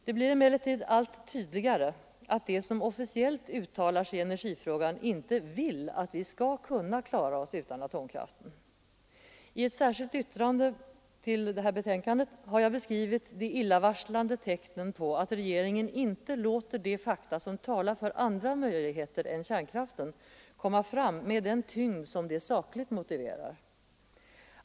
Det blir emellertid allt tydligare att de som officiellt uttalar sig i energifrågan inte vill att vi skall klara oss utan atomkraften. I ett särskilt yttrande har jag beskrivit de illavarslande tecknen på att regeringen inte låter de fakta som talar för andra möjligheter än kärnkraften komma fram med den tyngd som är sakligt motiverad.